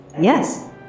Yes